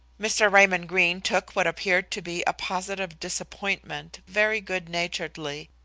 mr. raymond greene took what appeared to be a positive disappointment very good-naturedly.